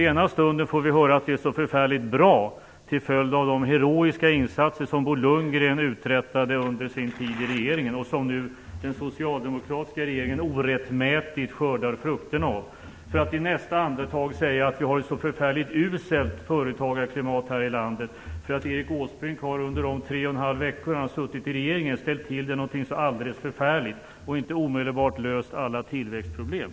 I ena stunden säger han att det är så väldigt bra, till följd av de heroiska insatser som Bo Lundgren uträttade under sin tid i regeringen och som nu den socialdemokratiska regeringen orättmätigt skördar frukterna av, för att i nästa andetag säga att vi har ett så förfärligt uselt företagarklimat här i landet därför att Erik Åsbrink under de tre och en halv veckor som han har suttit i regeringen har ställt till det något alldeles förfärligt och därför att han inte omedelbart har löst alla tillväxtproblem.